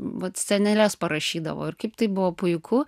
vat sceneles parašydavo ir kaip tai buvo puiku